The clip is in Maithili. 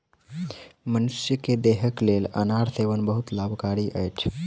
मनुख के देहक लेल अनार सेवन बहुत लाभकारी अछि